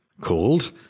called